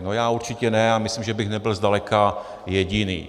No já určitě ne a myslím, že bych nebyl zdaleka jediný.